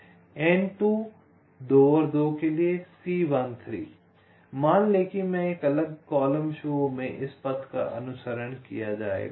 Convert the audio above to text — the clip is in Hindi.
N2 2 और 2 के लिए C13 मान लें कि एक अलग कॉलम शो में इस पथ का अनुसरण किया जाएगा